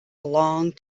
long